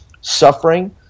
suffering